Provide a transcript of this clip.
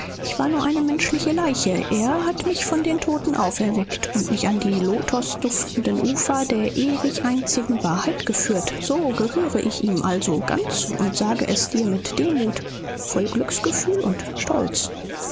ich war nur eine menschliche leiche er hat mich von den toten auferweckt und mich an die lotosduftenden ufer der ewigen einzigen wahrheit geführt so gehöre ich ihm also ganz und sage es dir mit demut voll glücksgefühl und stolz